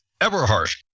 Everhart